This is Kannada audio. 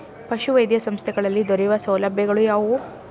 ಪಶುವೈದ್ಯ ಸಂಸ್ಥೆಗಳಲ್ಲಿ ದೊರೆಯುವ ಸೌಲಭ್ಯಗಳು ಯಾವುವು?